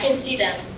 and see that,